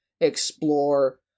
explore